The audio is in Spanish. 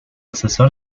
asesor